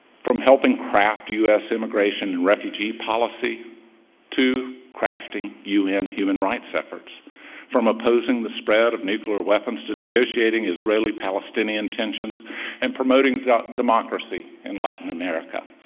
from helping craft us immigration and refugee policy to crafting un human rights efforts from opposing the spread of nuclear weapons to negotiating israeli palestinian tensions and promoting democracy in latin america.